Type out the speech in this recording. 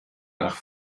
nach